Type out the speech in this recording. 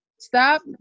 Stop